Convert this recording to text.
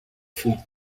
field